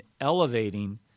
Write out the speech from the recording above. elevating